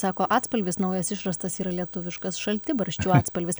sako atspalvis naujas išrastas yra lietuviškas šaltibarščių atspalvis